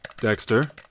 Dexter